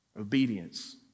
Obedience